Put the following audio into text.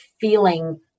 feeling